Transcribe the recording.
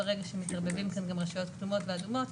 ברגע שמתערבבות כאן גם רשויות כתומות ואדומות,